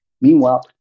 Meanwhile